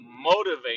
motivate